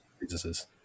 businesses